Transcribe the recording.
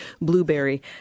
Blueberry